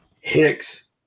Hicks